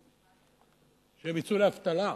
שהם יצאו לאבטלה.